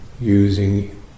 using